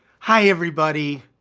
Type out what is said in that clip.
hi everybody.